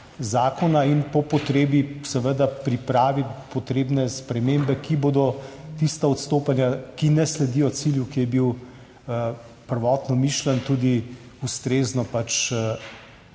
zakona in po potrebi seveda pripravi potrebne spremembe, ki bodo tista odstopanja, ki ne sledijo cilju, ki je bil prvotno mišljen, tudi ustrezno